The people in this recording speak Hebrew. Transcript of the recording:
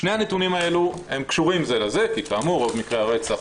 שני הנתונים האלה הם קשורים זה לזה כי כאמור מקרי הרצח